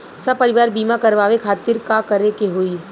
सपरिवार बीमा करवावे खातिर का करे के होई?